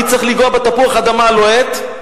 מי צריך לנגוע בתפוח האדמה הלוהט?